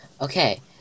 Okay